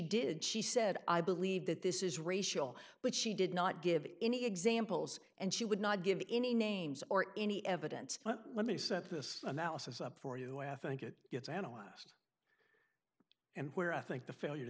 did she said i believe that this is racial but she did not give any examples and she would not give any names or any evidence but let me set this analysis up for you i think it gets analyzed and where i think the failure to